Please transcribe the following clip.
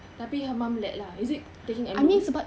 tapi her mum let lah is it taking a loan